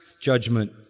judgment